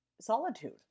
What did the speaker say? solitude